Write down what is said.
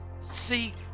see